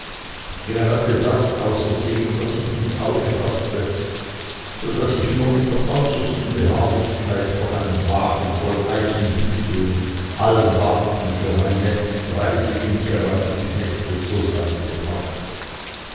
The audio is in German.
gerade das ausersehend was ich ins auge faßte so daß ich nur mit der äußersten beharrlichkeit noch einen wagen voll eisenhüte und halmbarten für meine reisigen tyrannenknechte zur seite brachte